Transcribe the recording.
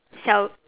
shall